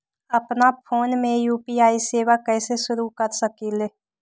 अपना फ़ोन मे यू.पी.आई सेवा कईसे शुरू कर सकीले?